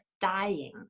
dying